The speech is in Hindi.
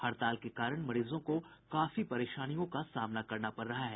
हड़ताल के कारण मरीजों को काफी परेशानियों का सामना करना पड़ रहा है